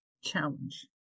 challenge